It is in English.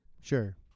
Sure